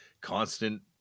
constant